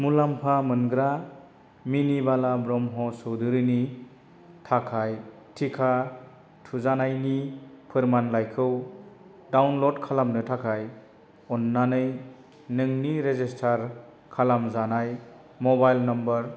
मुलाम्फा मोनग्रा मिनिबाला ब्रह्म चौधुरिनि थाखाय टिका थुजानायनि फोरमानलाइखौ डाउनल'ड खालामनो थाखाय अन्नानै नोंनि रेजिस्टार खालामजानाय मबाइल नम्बर